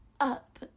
up